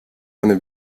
eine